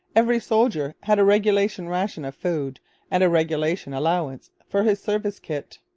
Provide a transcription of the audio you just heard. every soldier had a regulation ration of food and a regulation allowance for his service kit.